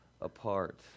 apart